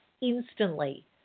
instantly